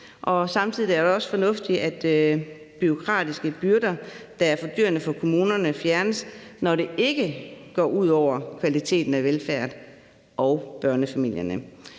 og samtidig er det også fornuftigt, at bureaukratiske byrder, der er fordyrende for kommunerne, fjernes, når det ikke går ud over kvaliteten af velfærden og børnefamilierne.